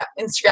instagram